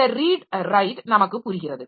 இந்த read write நமக்கு புரிகிறது